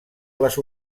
les